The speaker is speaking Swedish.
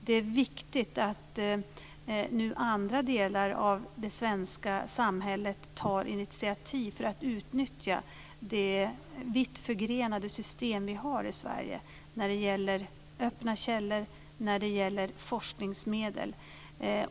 Det är viktigt att andra delar av det svenska samhället nu tar initiativ; detta för att utnyttja det vitt förgrenade system som vi har i Sverige när det gäller öppna källor och när det gäller forskningsmedel.